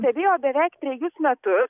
stebėjo beveik trejus metus